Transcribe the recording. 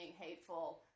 hateful